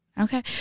Okay